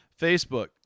Facebook